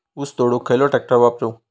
ऊस तोडुक खयलो ट्रॅक्टर वापरू?